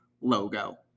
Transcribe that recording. logo